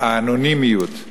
האנונימיות